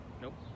Nope